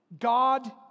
God